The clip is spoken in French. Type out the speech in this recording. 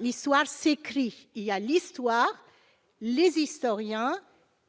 l'histoire s'écrit il y a l'histoire, les historiens